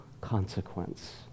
consequence